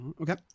Okay